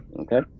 Okay